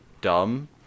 dumb